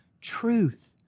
Truth